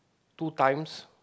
two times